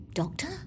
doctor